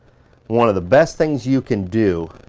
one of the best things you can do